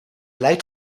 leidt